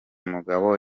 mugabo